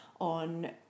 on